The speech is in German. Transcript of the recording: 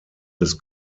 des